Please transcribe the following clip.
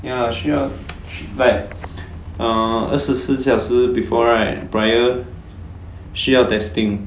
ya 需要 like err 二十四小时 before right prior 需要 testing